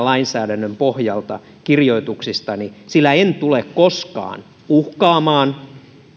lainsäädännön pohjalta kirjoituksistani sillä en tule koskaan uhkaamaan